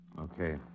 Okay